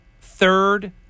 third